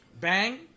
Bang